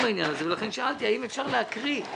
העניין הזה ולכן שאלתי אם אפשר להקריא.